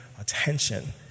attention